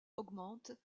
augmente